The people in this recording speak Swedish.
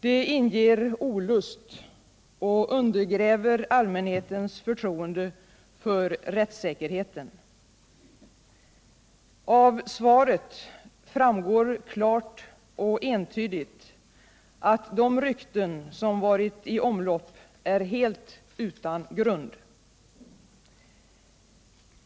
Det inger olust och undergräver allmänhetens förtroende för rättssäkerheten. Av svaret framgår klart och entydigt att de rykten som varit iomlopp är helt utan grund.